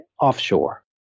offshore